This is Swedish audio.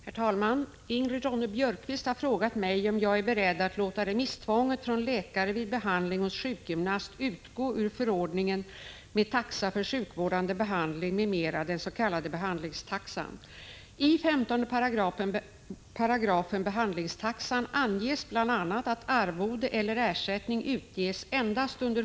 Herr talman! Ingrid Ronne-Björkqvist har frågat mig om jag är beredd att låta remisstvånget från läkare vid behandling hos sjukgymnast utgå ur förordningen med taxa för sjukvårdande behandling m.m., den s.k. behandlingstaxan.